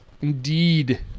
Indeed